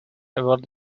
about